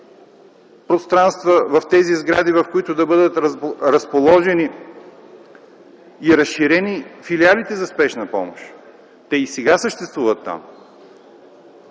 пространства в тези сгради, в които да бъдат разположени и разширени филиалите за спешна помощ? Те и сега съществуват там.